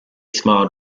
smiled